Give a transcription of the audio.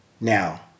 now